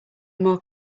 more